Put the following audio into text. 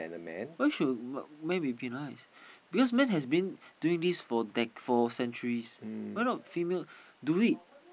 why should men be penalized because men has been doing this for decades centuries